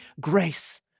grace